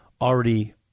already